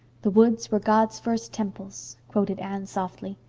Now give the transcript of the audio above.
the woods were god's first temples quoted anne softly.